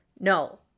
no